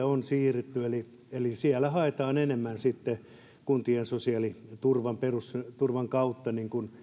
on siirrytty eli eli haetaan enemmän sitten kuntien sosiaaliturvan perusturvan kautta